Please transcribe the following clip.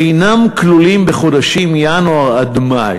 אינן כלולות בחודשים ינואר עד מאי.